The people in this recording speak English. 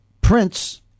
prince